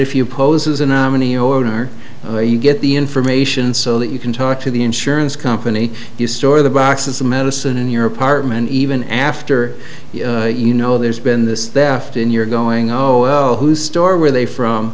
if you poses a nominee or are they you get the information so that you can talk to the insurance company you store the boxes of medicine in your apartment even after you know there's been this that and you're going oh oh who store where they from